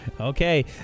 Okay